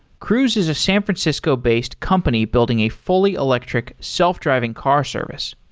cruise is a san francisco-based company building a fully electric self-driving car service.